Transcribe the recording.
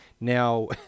Now